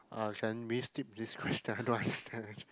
uh can we skip this question I don't understand actually